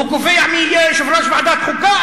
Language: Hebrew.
הוא קובע מי יהיה יושב-ראש ועדת החוקה?